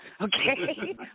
okay